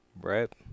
Right